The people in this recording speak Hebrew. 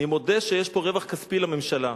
אני מודה שיש פה רווח כספי לממשלה,